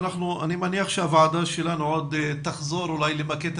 אני מניח שהוועדה שלנו עוד תחזור למקד את